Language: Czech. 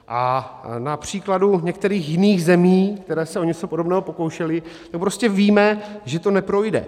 A na příkladu některých jiných zemí, které se o něco podobného pokoušely, prostě víme, že to neprojde.